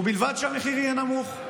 ובלבד שהמחיר יהיה נמוך.